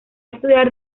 estudiar